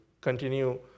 continue